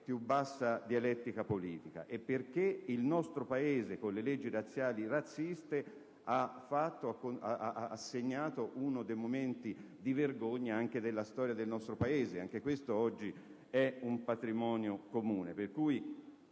più bassa, dialettica politica, perché il nostro Paese con le leggi razziali e razziste ha segnato uno dei momenti di vergogna anche della nostra storia. Anche questo oggi è un patrimonio comune,